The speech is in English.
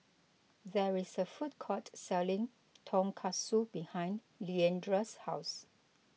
there is a food court selling Tonkatsu behind Leandra's house